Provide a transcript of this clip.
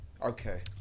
Okay